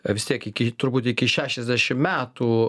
vis tiek iki turbūt iki šešiasdešimt metų